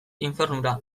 infernura